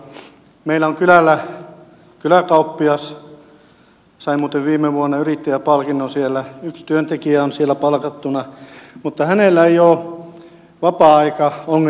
meillä on kylällä kyläkauppias sai muuten viime vuonna yrittäjäpalkinnon siellä yksi työntekijä on siellä palkattuna mutta hänellä ei ole vapaa aikaongelmia